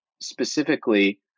specifically